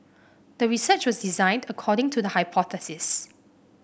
the research was designed according to the hypothesis